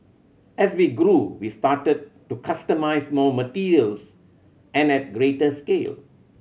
as we grew we started to customise more materials and at greater scale